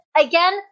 Again